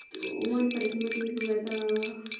कस्तो मन परेको म त यो लुगा त